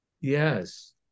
Yes